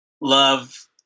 love